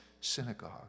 synagogue